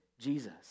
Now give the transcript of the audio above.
Jesus